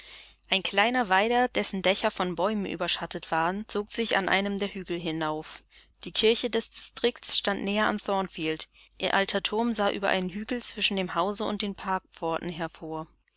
ein kleiner weiler dessen dächer von bäumen überschattet waren zog sich an einem der hügel hinauf die kirche des distrikts stand näher an thornfield ihr alter turm sah über einen hügel zwischen dem hause und den parkpforten hervor